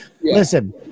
listen